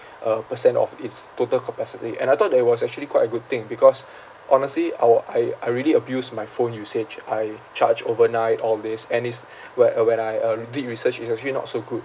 uh percent of its total capacity and I thought that it was actually quite a good thing because honestly I wa~ I I really abused my phone usage I charged overnight all this and is where uh when I um did research it's actually not so good